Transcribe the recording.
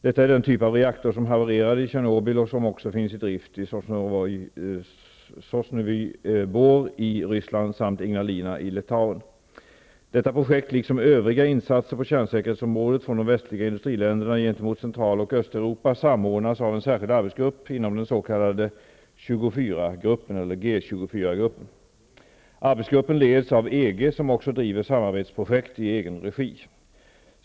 Detta är den typ av reaktor som havererade i Tjernobyl och som också finns i drift i Sosnovyj Bor i Detta projekt liksom övriga insater på kärnsäkerhetsområdet från de västliga industriländerna gentemot Central och Östeuropa samordnas av en särskild arbetgrupp inom den s.k. 24-gruppen . Arbetsgruppen leds av EG som också driver samarbetsprojekt i egen regi.